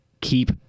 keep